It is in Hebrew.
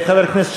מחשב לכל ילד,